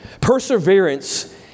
Perseverance